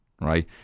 Right